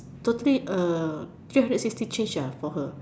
totally a three hundred sixty change for her